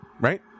right